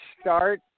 start